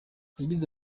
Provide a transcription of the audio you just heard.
yagize